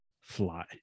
fly